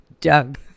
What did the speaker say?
Doug